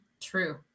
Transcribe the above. True